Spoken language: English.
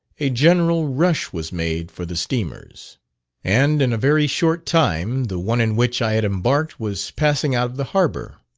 a general rush was made for the steamers and in a very short time the one in which i had embarked was passing out of the harbour.